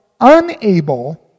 unable